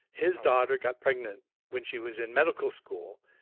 his daughter got pregnant when she was in medical school,